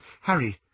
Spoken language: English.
Harry